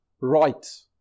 right